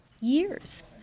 years